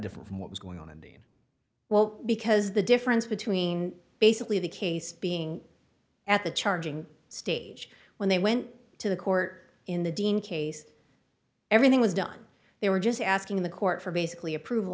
different from what was going on in the well because the difference between basically the case being at the charging stage when they went to the court in the dean case everything was done they were just asking the court for basically approval